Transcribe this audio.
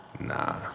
Nah